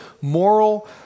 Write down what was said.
moral